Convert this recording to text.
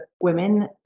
women